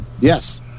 Yes